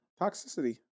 toxicity